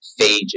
phages